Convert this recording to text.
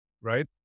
right